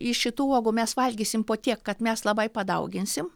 iš šitų uogų mes valgysim po tiek kad mes labai padauginsim